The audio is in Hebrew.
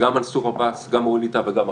גם מנסור עבאס, גם ווליד טאהא, גם אחרים,